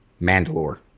Mandalore